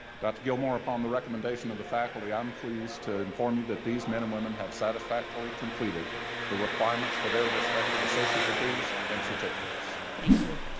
gilmour, upon the recommendation of the faculty, i'm pleased to inform you that these men and women have satisfactorily completed the requirements for their respective associate degrees and certificates. thank you.